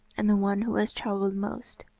and the one who has travelled most,